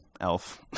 elf